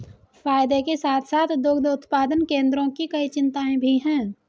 फायदे के साथ साथ दुग्ध उत्पादन केंद्रों की कई चिंताएं भी हैं